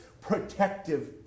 protective